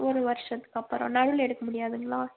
ஒரு வருஷத்துக்கு அப்புறம் நடுவில் எடுக்க முடியாதுங்களா